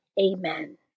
Amen